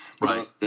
Right